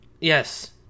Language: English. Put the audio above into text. yes